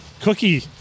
Cookie